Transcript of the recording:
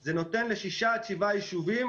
זה נותן לשישה עד שבעה יישובים.